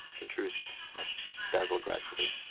the truth must dazzle gradually